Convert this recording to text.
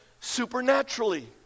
supernaturally